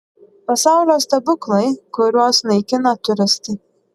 pasaulio stebuklai kuriuos naikina turistai